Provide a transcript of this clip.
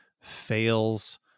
fails